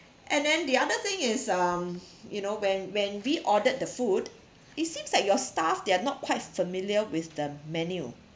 and then the other thing is um you know when when we ordered the food it seems like your staff they are not quite familiar with the menu